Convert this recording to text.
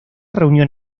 reunión